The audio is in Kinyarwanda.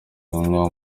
kunywa